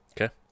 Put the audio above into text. okay